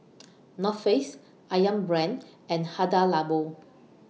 North Face Ayam Brand and Hada Labo